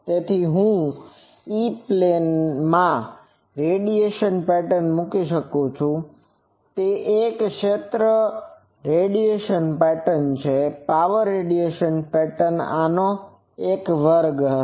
તેથી હું E plane માં રેડિયેશન પેટર્ન મૂકી શકું છું તે એક ક્ષેત્ર રેડિયેશન પેટર્ન છે પાવર રેડિયેશન પેટર્ન આનો વર્ગ હશે